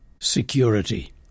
security